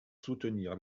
soutenir